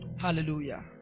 hallelujah